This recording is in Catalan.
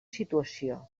situació